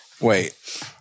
Wait